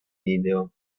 video